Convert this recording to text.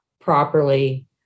properly